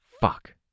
Fuck